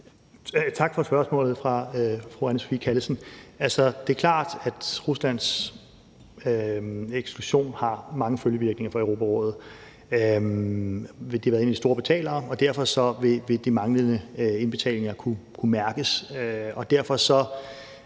Tak for spørgsmålet fra fru Anne Sophie Callesen. Det er klart, at Ruslands eksklusion har mange følgevirkninger for Europarådet. De har været en af de store betalere, og derfor vil de manglende indbetalinger kunne mærkes,